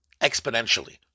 exponentially